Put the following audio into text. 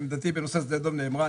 עמדתי בנושא שדה דב נאמרה.